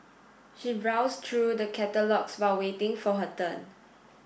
she browsed through the catalogues while waiting for her turn